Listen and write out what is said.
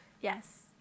Yes